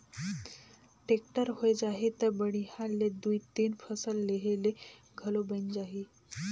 tractor होए जाही त बड़िहा ले दुइ तीन फसल लेहे ले घलो बइन जाही